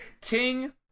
King